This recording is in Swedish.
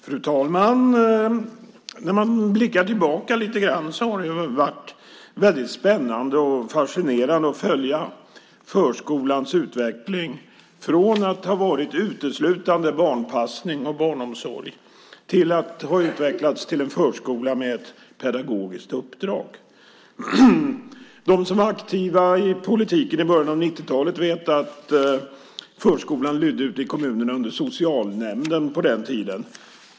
Fru talman! När man blickar tillbaka lite grann har det varit spännande och fascinerande att följa förskolans utveckling från att ha varit uteslutande barnpassning och barnomsorg till att ha utvecklats till en förskola med ett pedagogiskt uppdrag. De som var aktiva i politiken i början av 90-talet vet att förskolan ute i kommunerna på den tiden lydde under socialnämnden.